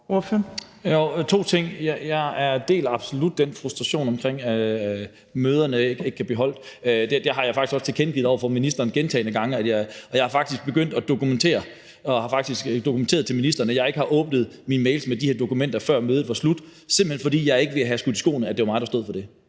ting: Jeg deler absolut den frustration med hensyn til møderne. Det har jeg faktisk også tilkendegivet over for ministeren gentagne gange. Jeg er faktisk begyndt at dokumentere og har dokumenteret til ministeren, at jeg ikke har åbnet mine mails med de her dokumenter, før mødet var slut, simpelt hen fordi jeg ikke ville have skudt i skoene, at det var mig, der stod for det.